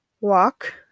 Walk